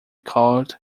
called